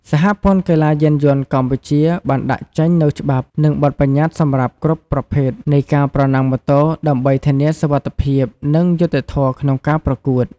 សហព័ន្ធកីឡាយានយន្តកម្ពុជា បានដាក់ចេញនូវច្បាប់ និងបទបញ្ញត្តិសម្រាប់គ្រប់ប្រភេទនៃការប្រណាំងម៉ូតូ ដើម្បីធានាសុវត្ថិភាព និងយុត្តិធម៌ក្នុងការប្រកួត។